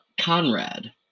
Conrad